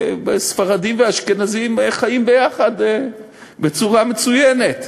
ספרדים ואשכנזים חיים יחד בצורה מצוינת.